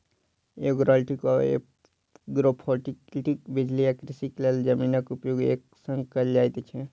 agrovoltaic वा agrophotovoltaic बिजली आ कृषिक लेल जमीनक उपयोग एक संग कयल जाइत छै